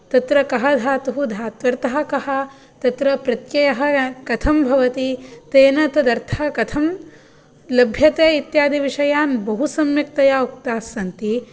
तत्र कः धातुः धात्वर्थः कः तत्र प्रत्ययः कथं भवति तेन तदर्थः कथं लभ्यते इत्यादि विषयान् बहु सम्यक्तया उक्ताः सन्ति